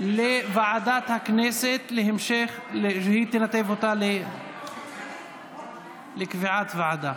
לוועדת הכנסת, והיא תנתב אותה לקביעת ועדה.